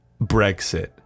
Brexit